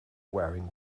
wearing